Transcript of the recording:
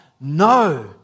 No